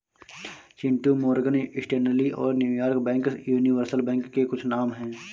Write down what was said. Chintu Morgan Stanley और New York bank universal बैंकों के कुछ नाम है